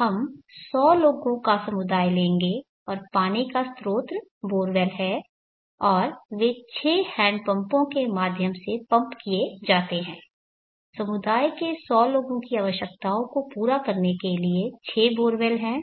हम 100 लोगों का समुदाय लेंगे और पानी का स्रोत बोरवेल है और वे 6 हैंडपंपों के माध्यम से पंप किए जाते हैं समुदाय के 100 लोगों की आवश्यकताओं को पूरा करने के लिए 6 बोरवेल हैं